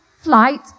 flight